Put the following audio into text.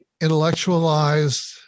intellectualized